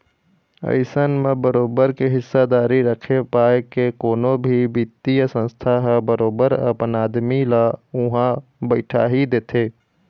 अइसन म बरोबर के हिस्सादारी रखे पाय के कोनो भी बित्तीय संस्था ह बरोबर अपन आदमी ल उहाँ बइठाही देथे